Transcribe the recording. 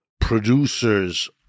producers